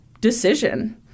decision